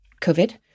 covid